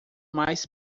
mais